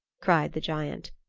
cried the giant.